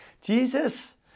Jesus